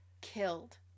killed